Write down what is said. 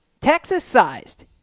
Texas-sized